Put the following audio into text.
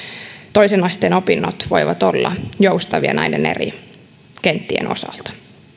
toisen asteen opinnot voivat olla joustavia näiden eri kenttien osalta